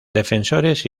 defensores